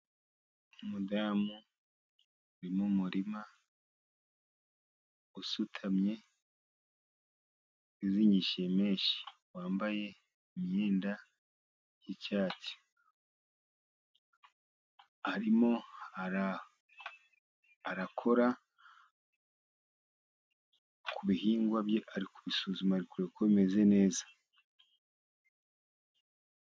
Umudamu uri mu murima usutamye , uzingishije menshi wambaye imyenda y'icyatsi , arimo arakora ku bihingwa bye ari kubisuzuma, ari kureba ko bimeze neza.